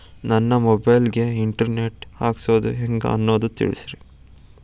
ನನ್ನ ಮೊಬೈಲ್ ಗೆ internet ಹಾಕ್ಸೋದು ಹೆಂಗ್ ಅನ್ನೋದು ತಿಳಸ್ರಿ